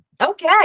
Okay